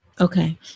Okay